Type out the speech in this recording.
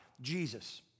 Jesus